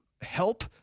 help